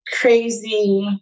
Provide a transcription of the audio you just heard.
crazy